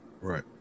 Right